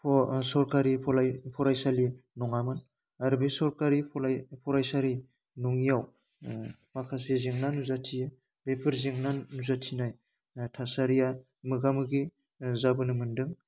ओह सरकारि फरायसालि नङामोन आरो बे सरकारि फरायसालि नङियाव ओह माखासे जेंना नुजाथियो बेफोर जेंना नुजाथिनाय थासारिया मोगा मोगि ओह जाबोनो मोन्दों